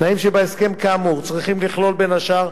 התנאים שבהסכם כאמור צריכים לכלול, בין השאר,